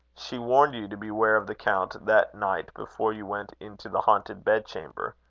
she warned you to beware of the count that night before you went into the haunted bed-chamber.